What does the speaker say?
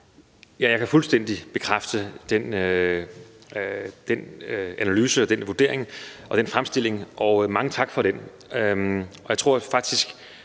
Jeg kan fuldstændig bekræfte den analyse og den vurdering og den fremstilling, og mange tak for den.